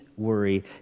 worry